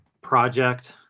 project